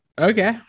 Okay